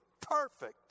perfect